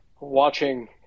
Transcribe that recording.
watching